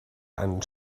einen